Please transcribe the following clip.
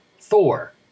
Thor